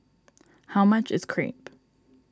how much is Crepe